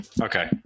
Okay